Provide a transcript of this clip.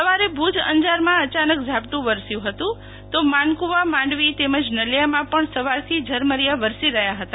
સવારે ભુજ અંજારમાં અચાનક ઝાપટુ વરસ્યુ હતું તો માનકુવા માંડવી તેમજ નલિયામાં પણ સવારથી ઝરમરિયા વરસી રહ્યા હતા